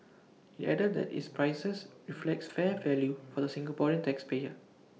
IT added that its prices reflects fair value for the Singaporean tax payer